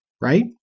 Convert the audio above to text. right